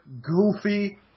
goofy